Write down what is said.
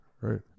right